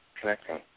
connecting